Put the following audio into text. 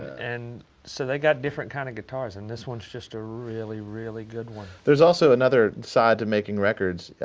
and so they got different kind of guitars. and this one's just a really, really good one. there's also another side to making records.